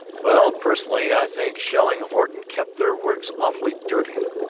well, personally, i think shelling-horton keep their works awful dirty.